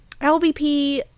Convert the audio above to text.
LVP